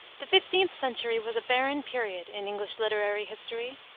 the fifteenth century was a barren period in english literary history.